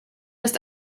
ist